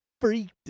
freaked